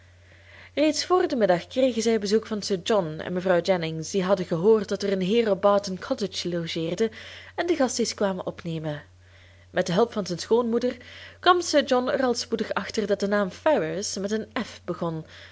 reeds voor den middag kregen zij bezoek van sir john en mevrouw jennings die hadden gehoord dat er een heer op barton cottage logeerde en den gast eens kwamen opnemen met de hulp van zijn schoonmoeder kwam sir john er al spoedig achter dat de naam ferrars met een f begon